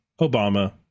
Obama